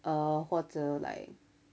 err 或者 like